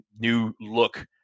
new-look